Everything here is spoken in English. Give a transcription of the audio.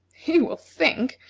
he will think,